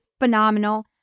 phenomenal